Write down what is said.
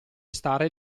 stare